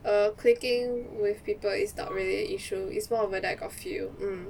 err clicking with people is not really an issue is more of err like got feel mm